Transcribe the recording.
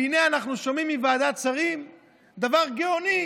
והינה אנחנו שומעים מוועדת השרים דבר גאוני: